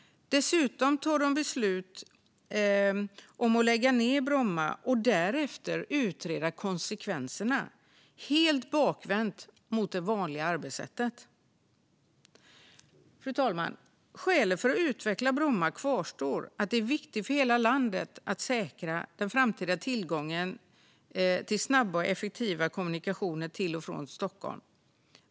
Dessutom fattar de beslut om att lägga ned Bromma och därefter utreda konsekvenserna - helt bakvänt mot det vanliga arbetssättet. Fru talman! Skälen för att utveckla Bromma kvarstår, att det är viktigt för hela landet att säkra den framtida tillgången till snabba och effektiva kommunikationer till och från Stockholm.